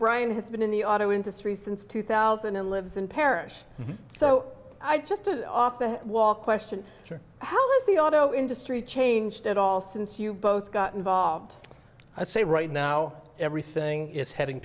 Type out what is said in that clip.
brian has been in the auto industry since two thousand and lives in parrish so i just an off the wall question how was the auto industry changed at all since you both got involved i say right now everything is heading